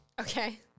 okay